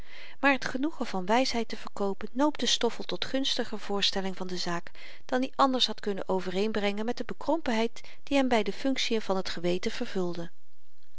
maar t genoegen van wysheid te verkoopen noopte stoffel tot gunstiger voorstelling van de zaak dan i anders had kunnen overeenbrengen met de bekrompenheid die by hem de funktien van t geweten vervulde